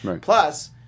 Plus